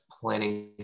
planning